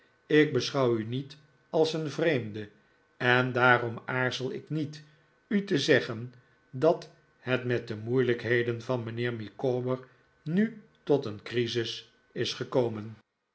ik beschouw u niet als een vreemde en daarom aarzel ik niet u te zeggen dat het met de moeilijkheden van mijhhcer micawber nu tot een crisis is gekorhen